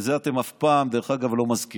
ואת זה אתם אף פעם דרך אגב לא מזכירים,